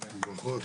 ברכות.